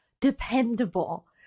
dependable